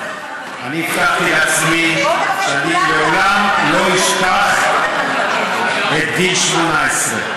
הבטחתי לעצמי שאני לעולם לא אשכח את גיל 18,